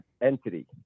entity